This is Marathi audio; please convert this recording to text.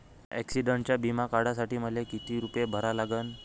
ॲक्सिडंटचा बिमा काढा साठी मले किती रूपे भरा लागन?